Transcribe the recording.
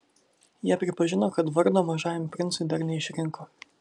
jie pripažino kad vardo mažajam princui dar neišrinko